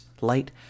light